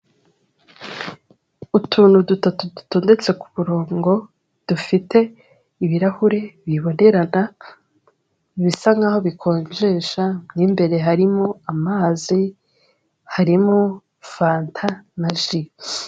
Utuntu dutatu dutondetse ku murongo dufite ibirahure bibonerana bisa nk'aho bikonjesha, mo imbere harimo amazi, harimo fanta na ji.